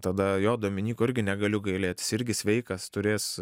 tada jo dominyko irgi negaliu gailėt jis irgi sveikas turės